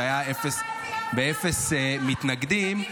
באפס מתנגדים.